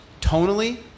tonally